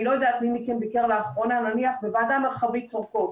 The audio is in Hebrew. אני לא יודעת מי מכם ביקר לאחרונה נניח בוועדה מרחבית שורקות,